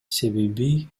себеби